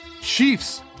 Chiefs